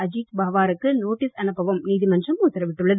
அஜீத் பவாருக்கு நோட்டீஸ் அனுப்பவும் நீதிமன்றம் உத்தரவிட்டுள்ளது